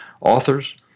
authors